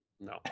No